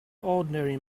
ordinary